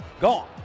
gone